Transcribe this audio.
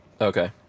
Okay